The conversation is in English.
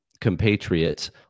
compatriots